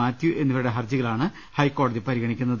മാത്യു എന്നിവ രുടെ ഹർജികളാണ് ഹൈക്കോടതി പരിഗണിക്കുന്നത്